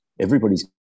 everybody's